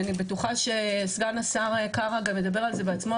אני בטוחה שסגן השר קארה גם ידבר על זה בעצמו,